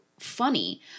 funny